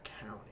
county